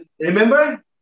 remember